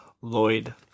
Lloyd